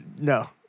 No